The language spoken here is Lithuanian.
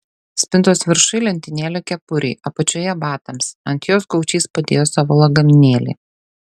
spintos viršuj lentynėlė kepurei apačioje batams ant jos gaučys padėjo savo lagaminėlį